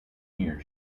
year